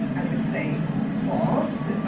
would say false